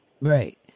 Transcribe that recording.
Right